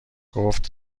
گفت